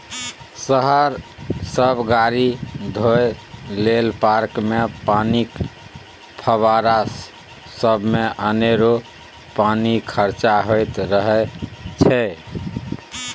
शहर सब गाड़ी धोए लेल, पार्कमे पानिक फब्बारा सबमे अनेरो पानि खरचा होइत रहय छै